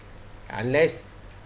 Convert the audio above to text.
unless